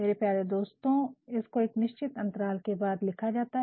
मेरे प्यारे दोस्तों इसको एक निश्चित अंतराल के बाद लिखा जाता है